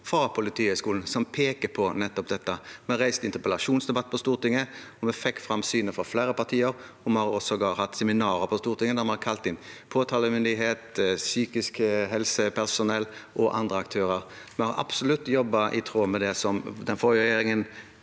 fra Politihøgskolen, som peker på dette. Vi har reist interpellasjonsdebatt på Stortinget og fått fram flere partiers syn, og vi har sågar hatt seminar på Stortinget hvor vi har kalt inn påtalemyndighet, psykisk helse-personell og andre aktører. Vi har absolutt jobbet i tråd med det som den forrige regjeringen